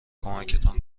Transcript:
کمکتان